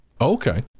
Okay